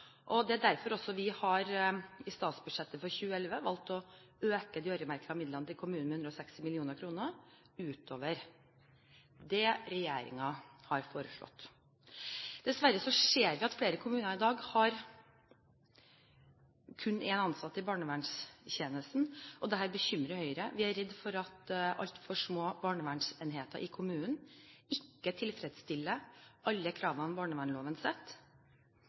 Det var også derfor vi i forbindelse med statsbudsjettet for 2011 valgte å øke de øremerkede midlene til kommunene med 160 mill. kr utover det regjeringen hadde foreslått. Dessverre ser vi i dag at flere kommuner kun har én ansatt i barnevernstjenesten. Dette bekymrer Høyre. Vi er redd for at altfor små barnevernsenheter i kommunen ikke tilfredsstiller alle kravene